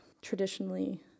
traditionally